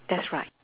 that's right